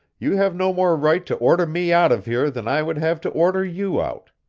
you have no more right to order me out of here than i would have to order you out.